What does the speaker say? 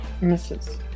Mrs